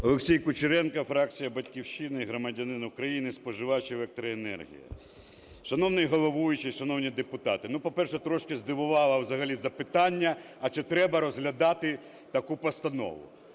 Олексій Кучеренко, фракція "Батьківщина", громадянин України, споживач електроенергії. Шановний головуючий, шановні депутати, ну, по-перше, трошки здивувало взагалі запитання, а чи треба розглядати таку постанову?